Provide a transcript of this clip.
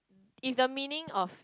if the meaning of